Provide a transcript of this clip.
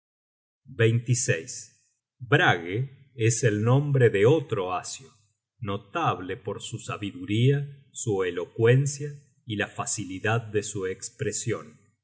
pacificador brage es el nombre de otro asio notable por su sabiduría su elocuencia y la facilidad de su espresion